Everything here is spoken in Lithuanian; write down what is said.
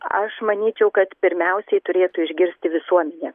aš manyčiau kad pirmiausiai turėtų išgirsti visuomenė